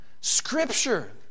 scripture